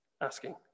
asking